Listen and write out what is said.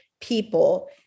people